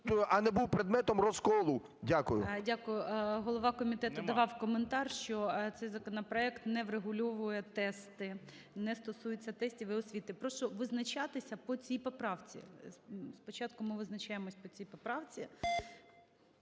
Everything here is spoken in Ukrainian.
а не був предметом розколу. Дякую. ГОЛОВУЮЧИЙ. Дякую. Голова комітету давав коментар, що цей законопроект не врегульовує тести, не стосується тестів і освіти. Прошу визначатися по цій поправці. Спочатку ми визначаємося по цій поправці,